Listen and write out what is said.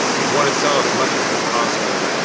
you'd want to sell as much of it as possible.